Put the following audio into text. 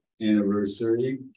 anniversary